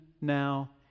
now